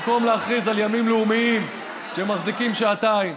במקום להכריז על ימים לאומיים שמחזיקים שעתיים